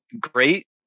great